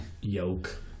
Yoke